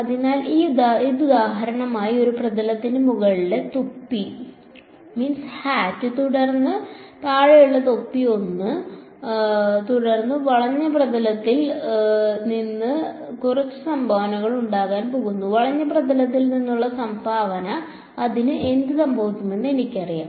അതിനാൽ ഇത് ഉദാഹരണമായി ഇത് ഒരു പ്രതലമാണ് മുകളിലെ തൊപ്പി തുടർന്ന് താഴെയുള്ള തൊപ്പി 1 വലത് തുടർന്ന് വളഞ്ഞ പ്രതലത്തിൽ നിന്ന് കുറച്ച് സംഭാവനകൾ ഉണ്ടാകാൻ പോകുന്നു വളഞ്ഞ പ്രതലത്തിൽ നിന്നുള്ള സംഭാവന അതിന് എന്ത് സംഭവിക്കുമെന്ന് എനിക്കറിയാം